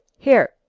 here,